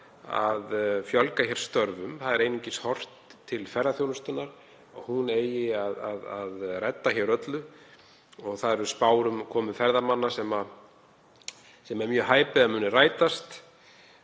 að fjölga hér störfum. Það er einungis horft til ferðaþjónustunnar og þess að hún eigi að redda öllu. Það eru spár um komu ferðamanna, sem er mjög hæpið að muni rætast,